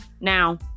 Now